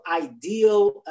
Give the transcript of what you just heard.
ideal